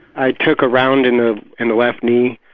i took a round in ah in the left knee,